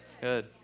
good